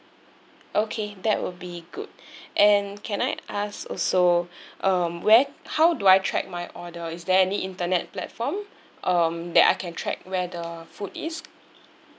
okay that would be good and can I ask also um where how do I track my order is there any internet platform um that I can track where the food is